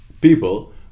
people